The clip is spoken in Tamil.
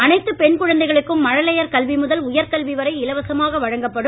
அனைத்து பெண் குழந்தைகளுக்கும் மழலையர் கல்வி முதல் உயர் கல்வி வரை இலவசமாக வழங்கப்படும்